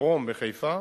הברום בחיפה.